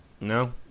No